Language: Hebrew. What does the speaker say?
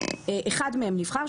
אחד מהם נבחר,